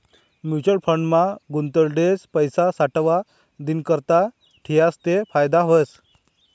mutual fund मा गुताडेल पैसा सावठा दिननीकरता ठियात ते फायदा व्हस